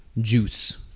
juice